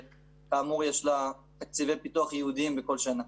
שכאמור יש לה תקציבי פיתוח ייעודיים בכל שנה.